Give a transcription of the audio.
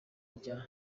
rya